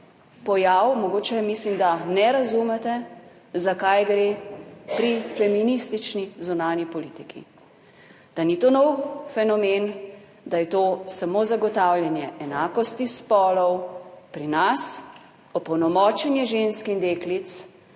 mogoče mislim, da ne razumete, za kaj gre pri feministični zunanji politiki, da ni to nov fenomen, da je to samo zagotavljanje enakosti spolov pri nas, opolnomočenje žensk in deklic